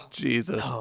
jesus